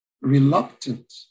reluctant